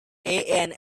ann